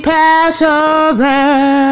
Passover